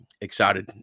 Excited